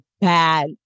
bad